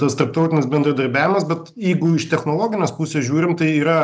tas tarptautinis bendradarbiavimas bet jeigu iš technologinės pusės žiūrim tai yra